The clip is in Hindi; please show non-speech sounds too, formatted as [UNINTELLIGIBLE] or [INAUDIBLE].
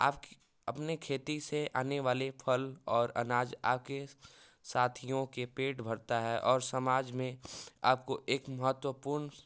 आपकी [UNINTELLIGIBLE] अपने खेती से आने वाले फल और अनाज आके साथियों के पेट भरता है और समाज में आपको एक महत्वपूर्ण